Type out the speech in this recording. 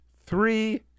three